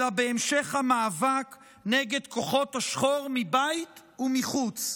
אלא בהמשך המאבק נגד כוחות השחור מבית ומחוץ.